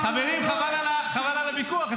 חברים, חבל על הוויכוח.